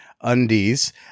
Undies